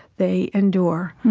they endure.